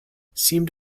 seemed